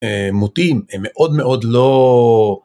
הם מוטים הם מאוד מאוד לא